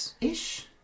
ish